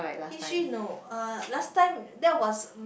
actually no uh last time that was